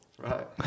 Right